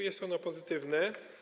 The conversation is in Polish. Jest ono pozytywne.